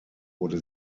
wurde